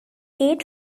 eight